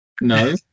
No